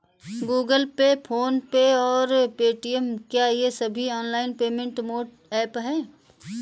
Google Pay PhonePe और Paytm क्या ये सभी ऑनलाइन पेमेंट मोड ऐप हैं?